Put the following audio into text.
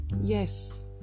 Yes